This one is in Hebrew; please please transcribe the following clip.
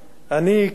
ואני גם יודע,